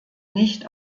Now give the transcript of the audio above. nicht